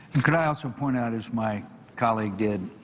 i also point out, as my colleague did,